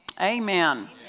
Amen